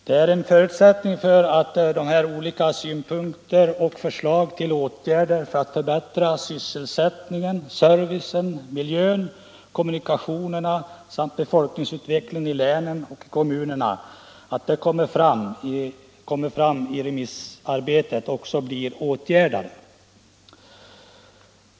Det är en förutsättning för att de olika synpunkter och förslag till åtgärder för att förbättra sysselsättningen, servicen, miljön, kommunikationerna samt befolkningsutvecklingen i länen och kommunerna som kommer fram i remissarbetet också blir åtgärdade.